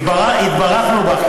התברכנו בך.